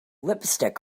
lipstick